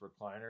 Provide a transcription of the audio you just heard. recliner